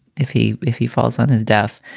if he if he falls on his death